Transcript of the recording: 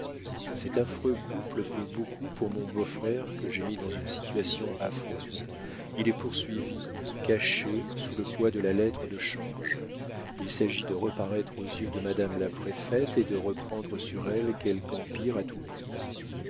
cet affreux couple peut beaucoup pour mon beau-frère que j'ai mis dans une situation affreuse il est poursuivi caché sous le poids de la lettre de change il s'agit de reparaître aux yeux de madame la préfète et de reprendre sur elle quelque empire à tout prix